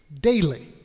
daily